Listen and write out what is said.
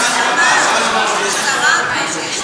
הייתה הסכמה, יש הסכמה שזה